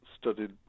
studied